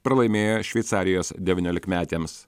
pralaimėjo šveicarijos devyniolikmetėms